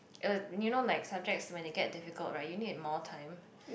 uh you know like subjects when it get difficult right you need more time